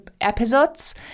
episodes